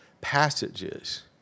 passages